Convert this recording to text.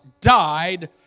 died